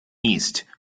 east